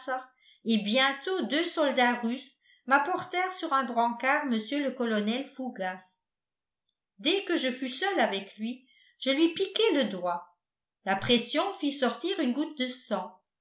et bientôt deux soldats russes m'apportèrent sur un brancard mr le colonel fougas dès que je fus seul avec lui je lui piquai le doigt la pression fit sortir une goutte de sang